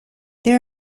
there